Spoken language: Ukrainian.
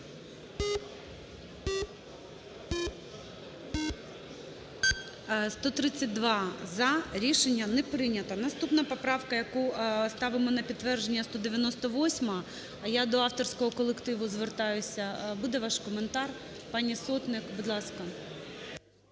За-132 Рішення не прийняте. Наступна правка, яку ми ставимо на підтвердження, 198-а. Я до авторського колективу звертаюсь, буде ваш коментар пані Сотник? Будь ласка.